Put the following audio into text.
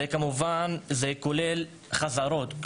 זה כולל חזרות,